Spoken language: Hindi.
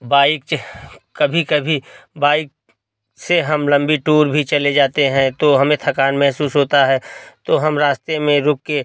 बाइक कभी कभी बाइक से हम लम्बी टूर भी चले जाते हैं तो हमें थकान महसूस होता है तो हम रास्ते में रुक कर